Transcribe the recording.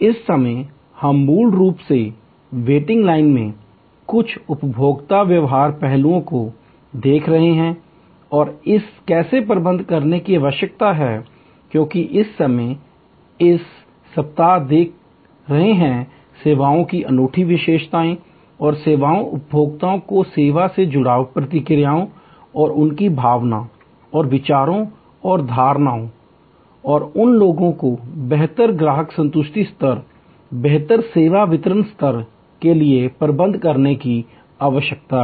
इस समय हम मूल रूप से वेटिंग लाइन में कुछ उपभोक्ता व्यवहार पहलुओं को देख रहे हैं और इसे कैसे प्रबंधित करने की आवश्यकता है क्योंकि इस समय हम इस सप्ताह में देख रहे हैं सेवाओं की अनूठी विशेषताओं और सेवा उपभोक्ताओं को सेवा से जुड़ाव प्रक्रियाओं और उनकी भावना और विचारों और धारणाओं और उन लोगों को कैसे बेहतर ग्राहक संतुष्टि स्तर बेहतर सेवा वितरण स्तर के लिए प्रबंधित करने की आवश्यकता है